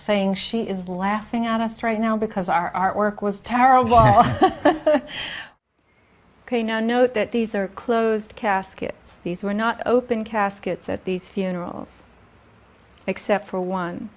saying she is laughing at us right now because our artwork was terrible ok no note that these are closed casket these are not open caskets at these funerals except for one